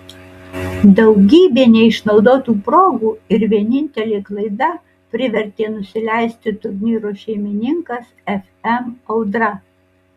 daugybė neišnaudotų progų ir vienintelė klaida privertė nusileisti turnyro šeimininkams fm audra